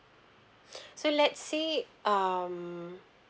so let say um